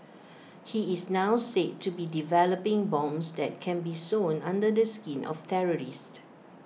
he is now said to be developing bombs that can be sewn under the skin of terrorists